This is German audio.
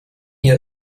hier